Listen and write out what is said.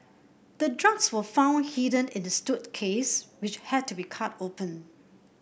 the drugs were found hidden in the which had to be cut open